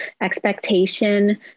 expectation